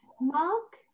Mark